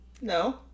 No